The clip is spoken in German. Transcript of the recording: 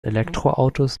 elektroautos